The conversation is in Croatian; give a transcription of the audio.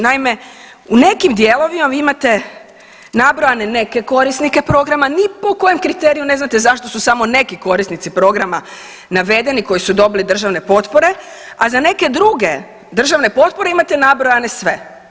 Naime, u nekim dijelovima vi imate nabrojane neke korisnike programa, ni po kojem kriteriju ne znate zašto su samo neki korisnici programa navedeni koji su dobili državne potpore, a za neke druge državne potpore imate nabrojane sve.